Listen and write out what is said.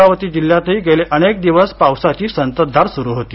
अमरावती जिल्ह्यातही गेले अनेक दिवसा पावसाची संततधार सुरू होती